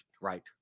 right